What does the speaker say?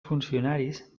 funcionaris